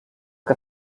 que